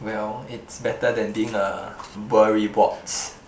well it's better than being a worrywart